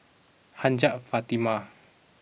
Hajjah Fatimah